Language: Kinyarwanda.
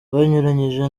banyuranyije